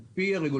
על פי הרגולציה